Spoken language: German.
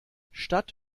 statt